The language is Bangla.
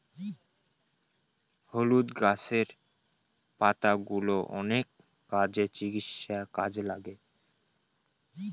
হলুদ গাছের পাতাগুলো অনেক কাজে, চিকিৎসার কাজে লাগে